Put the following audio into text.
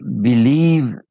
believe